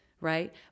right